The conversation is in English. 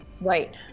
Right